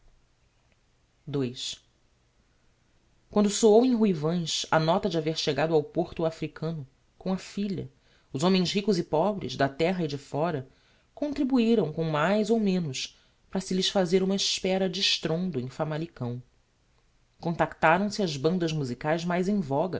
ii quando soou em ruivães a nova de haver chegado ao porto o africano com a filha os homens ricos e pobres da terra e de fóra contribuiram com mais ou menos para se lhes fazer uma espera de estrondo em famalicão contractaram se as bandas musicaes mais em